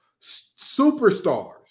superstars